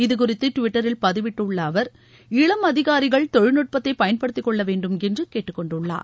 இது குறித்து டுவிட்டரில் பதிவிட்டுள்ள அவர் இளம் அதிகாரிகள் தொழில்நுட்பத்தை பயன்படுத்திக்கொள்ள வேண்டும் என்று கேட்டுக்கொண்டுள்ளார்